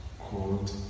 called